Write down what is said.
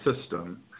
system